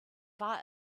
war